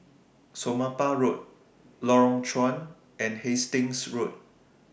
Somapah Road Lorong Chuan and Hastings Road